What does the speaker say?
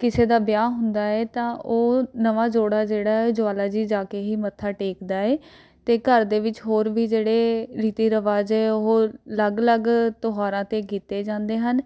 ਕਿਸੇ ਦਾ ਵਿਆਹ ਹੁੰਦਾ ਹੈ ਤਾਂ ਉਹ ਨਵਾਂ ਜੋੜਾ ਜਿਹੜਾ ਉਹ ਜਵਾਲਾ ਜੀ ਜਾ ਕੇ ਹੀ ਮੱਥਾ ਟੇਕਦਾ ਹੈ ਅਤੇ ਘਰ ਦੇ ਵਿੱਚ ਹੋਰ ਵੀ ਜਿਹੜੇ ਰੀਤੀ ਰਿਵਾਜ ਹੈ ਉਹ ਅਲੱਗ ਅਲੱਗ ਤਿਉਹਾਰਾਂ 'ਤੇ ਕੀਤੇ ਜਾਂਦੇ ਹਨ